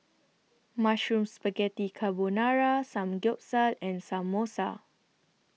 Mushroom Spaghetti Carbonara Samgyeopsal and Samosa